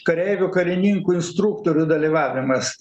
kareivių karininkų instruktorių dalyvavimas